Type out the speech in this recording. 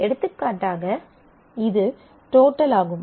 எடுத்துக்காட்டாக இது டோட்டல் ஆகும்